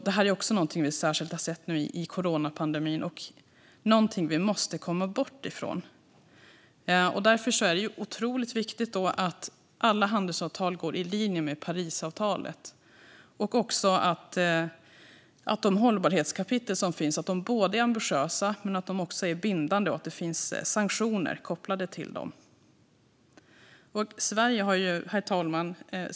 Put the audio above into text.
Detta är också någonting vi särskilt har sett under coronapandemin och någonting som vi måste komma bort från. Därför är det otroligt viktigt att alla handelsavtal går i linje med Parisavtalet och att de hållbarhetskapitel som finns både är ambitiösa och bindande samt att det finns sanktioner kopplade till dem. Herr talman!